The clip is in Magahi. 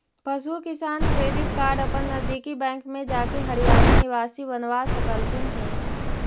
पशु किसान क्रेडिट कार्ड अपन नजदीकी बैंक में जाके हरियाणा निवासी बनवा सकलथीन हे